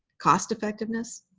cost effectiveness.